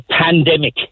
pandemic